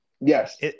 Yes